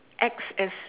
acts as